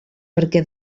perquè